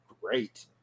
great